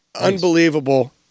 unbelievable